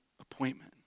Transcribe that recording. appointment